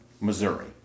Missouri